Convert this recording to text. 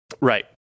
Right